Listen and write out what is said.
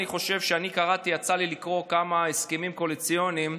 אני חושב שיצא לי לקרוא כמה הסכמים קואליציוניים,